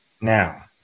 now